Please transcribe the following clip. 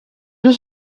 does